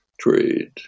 trade